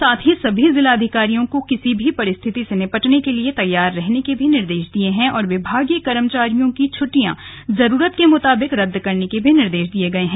साथ ही सभी जिलाधिकारियों को किसी भी परिस्थिति से निपटने के लिए तैयार रहने के निर्देश दिए गए हैं और विभागीय कर्मचारियों की छुट्टियाँ जरुरत के मुताबिक रद्द करने के भी निर्देश दिए गए हैं